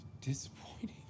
disappointing